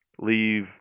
leave